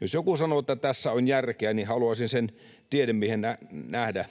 Jos joku sanoo, että tässä on järkeä, niin haluaisin sen tiedemiehen nähdä